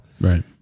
Right